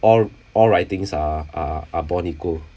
all all writings are are are born equal